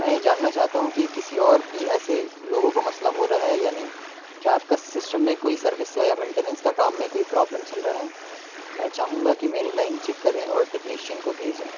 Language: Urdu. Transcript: میں یہ جاننا چاہتا ہوں کہ کسی اور بھی ایسے لوگوں کو مسئلہ ہو رہا ہے یا نہیں کیا آپ کا سسٹم میں کوئی سروس یا مینٹیننس کا کام میں کوئی پرابلم چل رہا ہے میں چاہوں گا کہ میرے لائن چیک کریں اور ٹیکنیشین کو بھیجیں